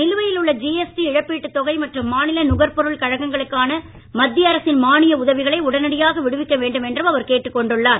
நிலுவையில் உள்ள ஜிஎஸ்டி இழப்பீட்டுத் தொகை மற்றும் மாநில நுகர்பொருள் கழகங்களுக்கான மத்திய அரசின் மானிய உதவிகளை உடனடியாக விடுவிக்க வேண்டும் என்றும் அவர் கேட்டுக் கொண்டுள்ளார்